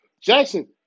Jackson